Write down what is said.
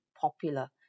popular